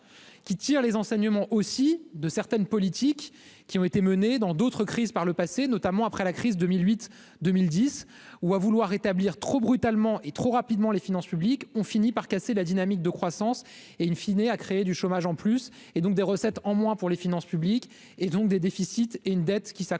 qui tire les enseignements aussi de certaines politiques qui ont été menées dans d'autres crises par le passé, notamment après la crise 2008 2010 ou à vouloir établir trop brutalement et trop rapidement les finances publiques ont fini par casser la dynamique de croissance et une fine et à créer du chômage en plus et donc des recettes en moins pour les finances publiques et donc des déficits et une dette qui s'accroît,